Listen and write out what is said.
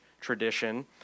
tradition